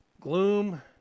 Gloom